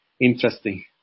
interesting